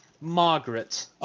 Margaret